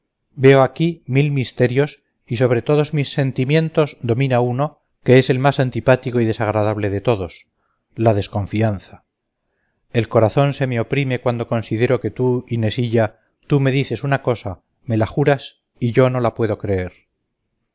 veo aquí mil misterios y sobre todos mis sentimientos domina uno que es el más antipático y desagradable de todos la desconfianza el corazón se me oprime cuando considero que tú inesilla tú me dices una cosa me la juras y yo no la puedo creer